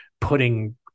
putting